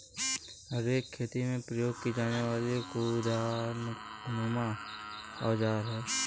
rake खेती में प्रयोग की जाने वाली कुदालनुमा औजार है